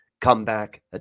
comeback